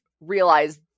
realize